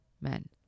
men